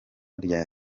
rya